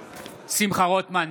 רול,